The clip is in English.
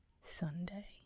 sunday